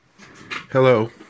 Hello